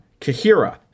Kahira